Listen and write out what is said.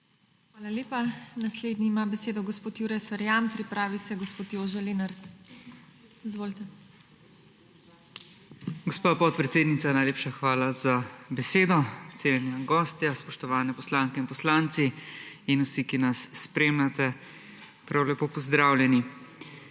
Hvala lepa. Naslednji ima besedo gospod Jure Ferjan, pripravi se gospod Jože Lenart. Izvolite. **JURE FERJAN (PS SDS):** Gospa podpredsednica, najlepša hvala za besedo. Cenjena gostja, spoštovani poslanke in poslanci in vsi, ki nas spremljate, prav lepo pozdravljeni!